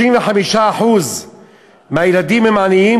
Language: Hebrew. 35% מהילדים הם עניים,